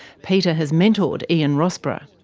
peter has mentored ian rossborough.